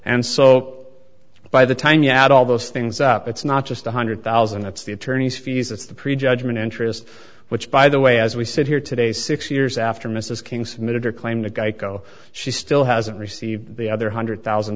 and so by the time you add all those things up it's not just the hundred thousand it's the attorney's fees it's the pre judgment interest which by the way as we sit here today six years after mrs king's minuter claim to geico she still hasn't received the other hundred thousand